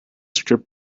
script